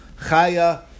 Chaya